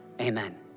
amen